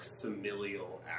familial